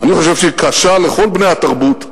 אני חושב שהיא קשה לכל בני התרבות,